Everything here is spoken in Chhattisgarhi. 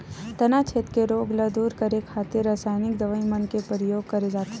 तनाछेद के रोग ल दूर करे खातिर रसाइनिक दवई मन के परियोग करे जाथे